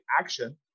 action